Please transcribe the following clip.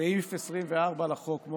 בסעיף 24 לחוק, יש אחרים.